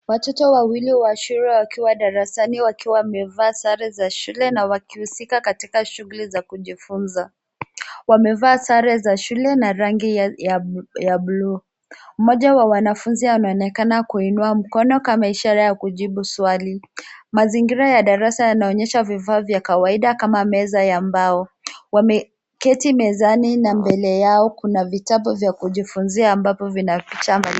Watoto wawili waliovaa sare za shule wako darasani, wakisoma kwa umakini. Waliovaa sare za shule za rangi ya buluu. Baadhi ya wanafunzi wanaonekana kuinua mikono yao kama ishara ya kujibu swali. Mazingira ya darasa yanaonyesha vifaa vya kawaida, kama meza za mbao. Kwenye meza mbele yao kuna vitabu vya kujifunzia vilivyopangwa kwa mpangilio mzuri